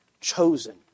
chosen